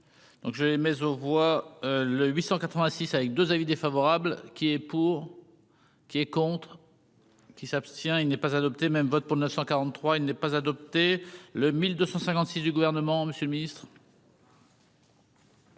je mais aux voix le 886 avec 2 avis défavorables. Qui est pour, qui est contre. Qui s'abstient, il n'est pas adopté même vote pour 943, il n'est pas adopté le 1256 du gouvernement Monsieur le Ministre.